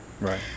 right